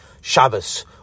Shabbos